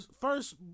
First